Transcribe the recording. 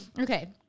Okay